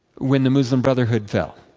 when the muslim brotherhood fell.